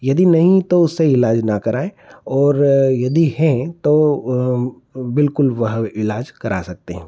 यदि नहीं तो उससे इलाज न कराएँ और यदि हैं तो बिलकुल वहाँ इलाज करा सकते हैं